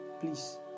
please